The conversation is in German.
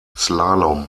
slalom